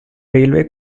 railway